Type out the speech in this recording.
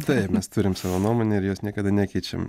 taip mes turim savo nuomonę ir jos niekada nekeičiam